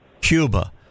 cuba